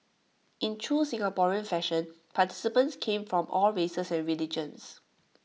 in true Singaporean fashion participants came from all races and religions